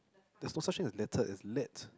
there's no such thing as litted it's a lit